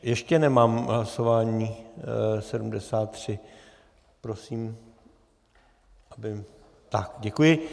Ještě nemám hlasování 73. Prosím, aby... děkuji.